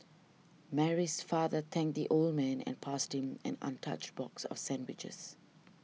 Mary's father thanked the old man and passed him an untouched box of sandwiches